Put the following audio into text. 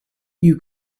you